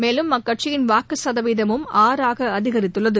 மேலும் அக்கட்சியின் வாக்கு சதவீதமும் ஆறாக அதிகரித்துள்ளது